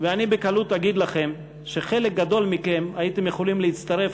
ואני בקלות אגיד לכם שחלק גדול מכם היה יכול להצטרף